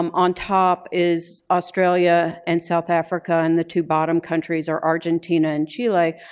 um on top is australia and south africa. and the two bottom countries are argentina and chile.